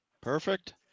perfect